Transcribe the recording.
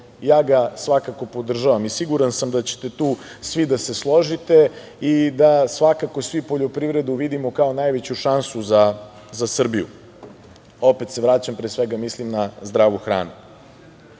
ja ga svakako podržavam i siguran sam da ćete tu svi da se složite i da svakako svi poljoprivredu vidimo kao najveću šansu za Srbiju. Opet se vraćam, ti pre svega mislim na zdravu hranu. Danas